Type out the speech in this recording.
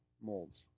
molds